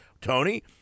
Tony